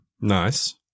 Nice